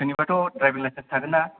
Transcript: सोरनावबाथ' driving licence थागोन्ना